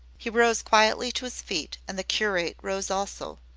he rose quietly to his feet and the curate rose also.